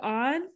on